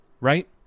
right